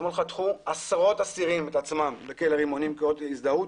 אתמול חתכו עשרות אסירים את עצמם בכלא רימונים כאות הזדהות